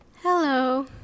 Hello